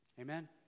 Amen